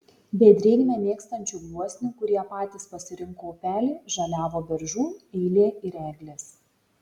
be drėgmę mėgstančių gluosnių kurie patys pasirinko upelį žaliavo beržų eilė ir eglės